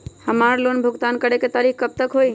हमार लोन भुगतान करे के तारीख कब तक के हई?